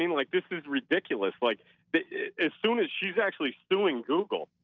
like this is ridiculous like but as soon as she's actually suing google,